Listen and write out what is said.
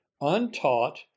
untaught